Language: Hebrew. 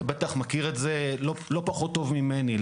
בטח מכיר את זה לא פחות טוב ממני,